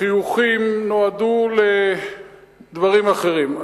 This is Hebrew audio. החיוכים נועדו לדברים אחרים.